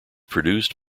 produced